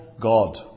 God